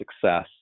success